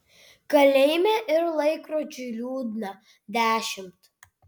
kalėjime ir laikrodžiui liūdna dešimt